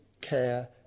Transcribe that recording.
care